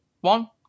one